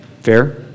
Fair